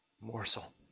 morsel